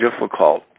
difficult